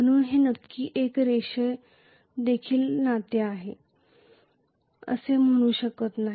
म्हणून हे नक्की एक रेषेखालील नाते आहे असे मी म्हणू शकत नाही